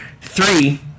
Three